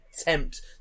attempt